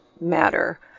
matter